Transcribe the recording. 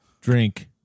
drink